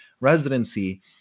residency